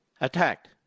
attacked